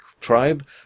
tribe